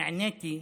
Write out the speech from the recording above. נעניתי,